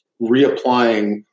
reapplying